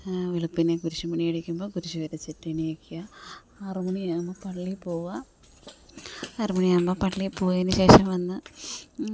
വെളുപ്പിനേ കുരിശ് മണിയടിക്കുമ്പം കുരിശ് വരച്ചിട്ടെണീക്കുക ആറു മണിയാകുമ്പം പള്ളിയിൽ പോകുക ആറു മണിയാകുമ്പം പള്ളിയിൽ പോയതിനു ശേഷം വന്ന്